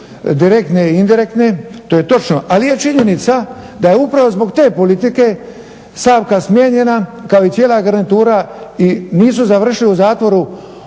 direktne i indirektne, to je točno, ali upravo ta činjenica da upravo zbog te politike Savka smijenjena i cijela garnitura i nisu završili u zatvoru